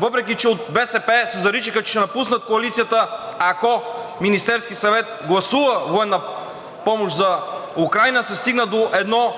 въпреки че от БСП се заричаха, че ще напуснат коалицията, ако Министерският съвет гласува военна помощ за Украйна, а се стигна до едно